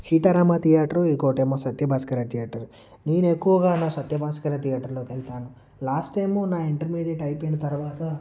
Sitarama theatre ఇంకోటేమో Satya Bhaskara theatre నేను ఎక్కువగా భాస్కర్ థియేటర్లోకి వెళ్తాను లాస్ట్ టైము నా ఇంటర్మీడియట్ అయిపోయిన తర్వాత